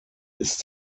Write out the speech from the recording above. ist